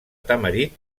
tamarit